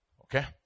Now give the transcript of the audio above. Okay